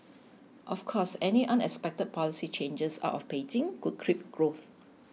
of course any unexpected policy changes out of Beijing could crimp growth